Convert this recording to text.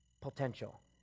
potential